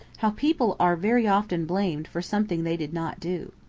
how people are very often blamed for something they did not do.